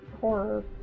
horror